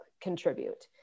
contribute